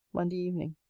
monday evening.